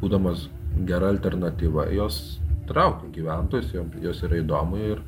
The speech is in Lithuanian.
būdamos gera alternatyva jos traukia gyventojus jom jos yra įdomu ir